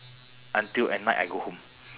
until at night I go home